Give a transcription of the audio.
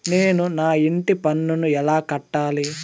నేను నా ఇంటి పన్నును ఎలా కట్టాలి?